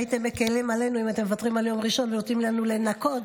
הייתם מקילים עלינו אם הייתם מוותרים על יום ראשון ונותנים לנו לנקות,